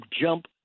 jump